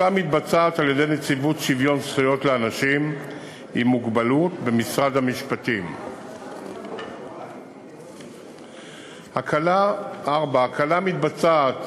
3. האכיפה מתבצעת